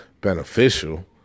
beneficial